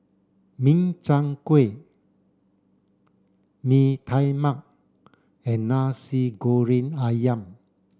Min Chiang Kueh Mee Tai Mak and Nasi Goreng Ayam